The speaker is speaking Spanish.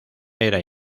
era